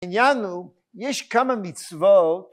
העניין הוא, יש כמה מצוות